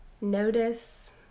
notice